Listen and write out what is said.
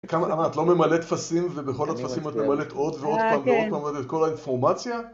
את לא ממלאת טפסים ובכל הטפסים את ממלאת עוד ועוד פעם ועוד פעם את כל האינפורמציה?